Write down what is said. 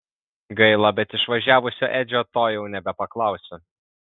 gaila bet išvažiavusio edžio to jau nebepaklausiu